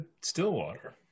Stillwater